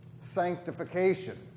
sanctification